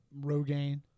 Rogaine